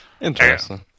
Interesting